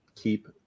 keep